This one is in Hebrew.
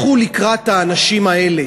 לכו לקראת האנשים האלה.